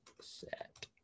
set